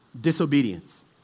disobedience